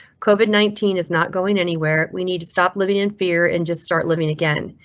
covid nineteen is not going anywhere. we need to stop living in fear and just start living again.